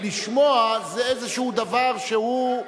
לשמוע זה איזשהו דבר שהוא,